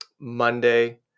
Monday